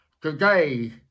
Today